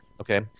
Okay